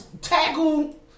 tackle